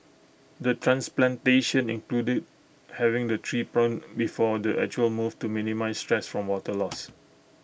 the transplantation included having the tree pruned before the actual move to minimise stress from water loss